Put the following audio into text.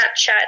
Snapchat